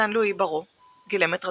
ז'אן-לואי בארו גילם את רטיף.